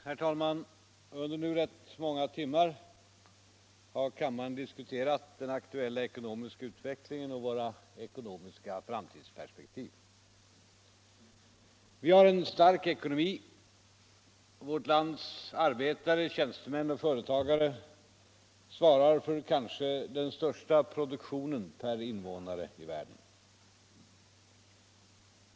Herr talman! Under nu rätt många timmar har kammaren diskuterat den aktuella ekonomiska utvecklingen och våra ekonomiska framtidsperspektiv. Vi har en stark ekonomi. Vårt lands arbetare, tjänstemän och företagare svarar för kanske den största produktionen per invånare i världen.